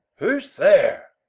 who's there?